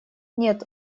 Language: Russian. нет